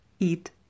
Eat